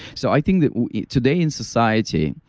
so i think that today in society,